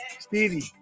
Stevie